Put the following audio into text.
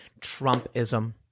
Trumpism